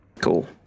Cool